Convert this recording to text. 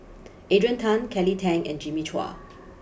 Adrian Tan Kelly Tang and Jimmy Chua